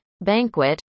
banquet